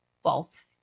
False